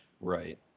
Right